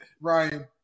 Ryan